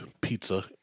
pizza